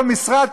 כל משרד,